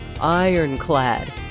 ironclad